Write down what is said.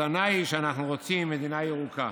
הטענה היא שאנחנו רוצים מדינה ירוקה.